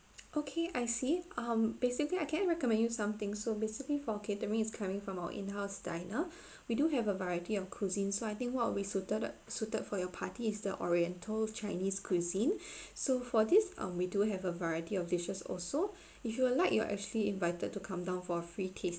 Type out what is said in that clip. okay I see um basically I can recommend you something so basically for catering is coming from our in-house diner we do have a variety of cuisine so I think what we suited suited for your party is the oriental chinese cuisine so for this um we do have a variety of dishes also if you would like you're actually invited to come down for a free tasting